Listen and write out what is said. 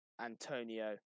Antonio